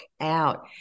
out